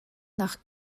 nach